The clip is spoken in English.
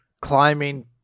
climbing